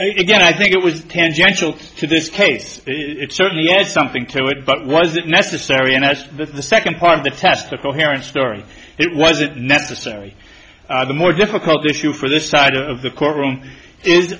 again i think it was tangential to this case it certainly had something to it but was it necessary and as with the second part of the test a coherent story it was it necessary the more difficult issue for this side of the courtroom is